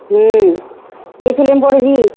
ହୁଁ କି ଫିଲ୍ମ ପଡ଼ିଛି